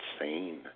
insane